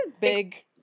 big